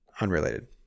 unrelated